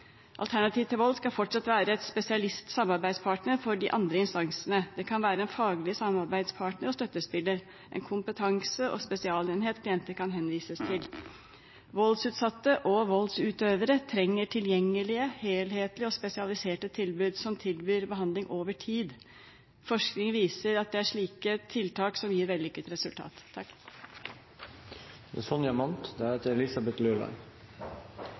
Alternativ til Vold skal fortsatt være en spesialistsamarbeidspartner for de andre instansene. Det kan være en faglig samarbeidspartner og støttespiller, en kompetanse- og spesialenhet klientene kan henvises til. Voldsutsatte og voldsutøvere trenger tilgjengelige, helhetlige og spesialiserte tilbud som tilbyr behandling over tid. Forskning viser at det er slike tiltak som gir vellykket resultat.